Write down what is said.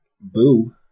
boo